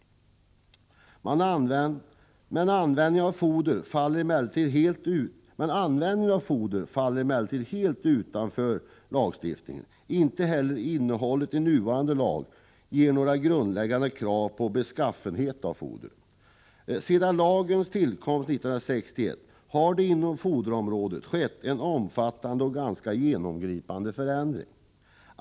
Användningen av foder faller emellertid helt utanför lagstiftningen. Inte heller innehåller nuvarande lag några grundläggande krav på beskaffenheten hos foder. Sedan lagens tillkomst 1961 har det inom foderområdet skett en omfattande och ganska genomgripande förändring.